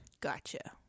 Gotcha